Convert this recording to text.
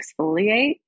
exfoliate